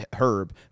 Herb